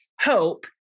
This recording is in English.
hope